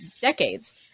decades